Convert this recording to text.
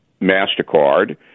MasterCard